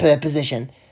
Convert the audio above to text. position